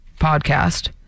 podcast